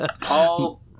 Paul